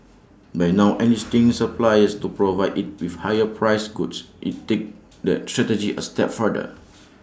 by now enlisting suppliers to provide IT with higher priced goods IT take that strategy A step further